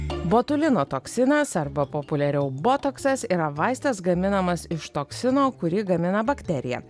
botulino toksinas arba populiariau botoksas yra vaistas gaminamas iš toksino kurį gamina bakterija